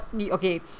Okay